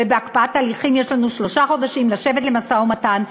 ובהקפאת הליכים יש לנו שלושה חודשים לשבת למשא-ומתן.